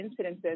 incidences